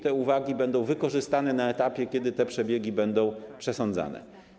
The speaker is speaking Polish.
Te uwagi będą wykorzystane na etapie, kiedy te przebiegi będą przesądzane.